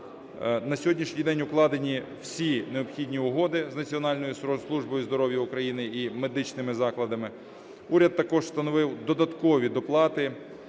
На сьогоднішній день укладені всі необхідні угоди з Національною службою здоров'я України і медичними закладами. Уряд також встановив додаткові доплати